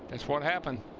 that's what happens.